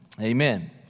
Amen